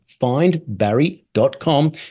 findbarry.com